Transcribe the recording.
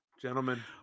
Gentlemen